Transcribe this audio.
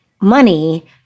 money